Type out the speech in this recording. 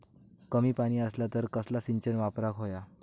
कमी पाणी असला तर कसला सिंचन वापराक होया?